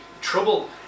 trouble